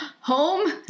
home